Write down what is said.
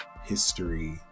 history